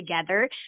together